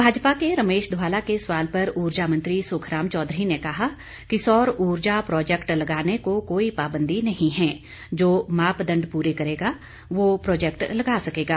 भाजपा के रमेश धवाला के सवाल पर ऊर्जा मंत्री सुखराम चौधरी ने कहा कि सौर ऊर्जा प्रोजेक्ट लगाने को कोई पाबंदी नहीं है जो मापदंड पूरे करेगा वह प्रोजेक्ट लगा सकेगा